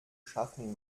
schaffen